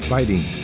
Fighting